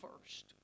first